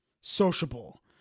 sociable